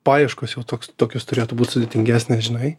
paieškos jau toks tokios turėtų būt sudėtingesnės žinai